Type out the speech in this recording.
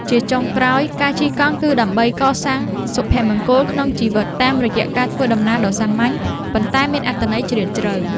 ជាចុងក្រោយ ការជិះកង់គឺដើម្បីកសាងសុភមង្គលក្នុងជីវិតតាមរយៈការធ្វើដំណើរដ៏សាមញ្ញ ប៉ុន្តែមានអត្ថន័យជ្រាលជ្រៅ។